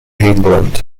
england